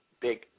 big